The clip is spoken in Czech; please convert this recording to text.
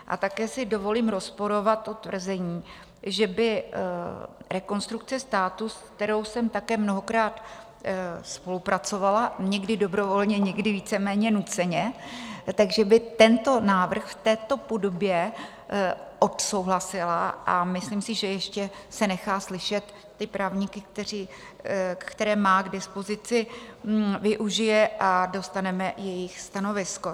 A také si dovolím rozporovat o tvrzení, že by Rekonstrukce státu, s kterou jsem také mnohokrát spolupracovala, někdy dobrovolně, někdy víceméně nuceně, by tento návrh v této podobě odsouhlasila, a myslím si, že ještě se nechá slyšet, právníky, které má k dispozici, využije a dostaneme jejich stanovisko.